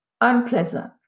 unpleasant